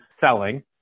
selling